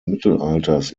mittelalters